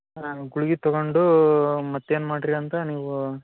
ಆ ಗುಳ್ಗೆ ತೊಗೊಂಡು ಮತ್ತೆ ಏನು ಮಾಡಿರಿ ಅಂದ್ರೆ ನೀವು